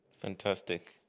Fantastic